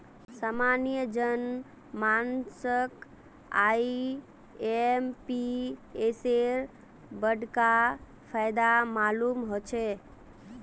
सामान्य जन मानसक आईएमपीएसेर बडका फायदा मालूम ह छेक